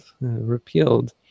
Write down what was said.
repealed